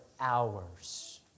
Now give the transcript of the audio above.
hours